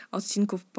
odcinków